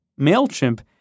MailChimp